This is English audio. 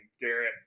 Garrett